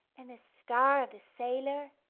and the star of the sailor,